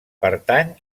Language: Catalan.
pertany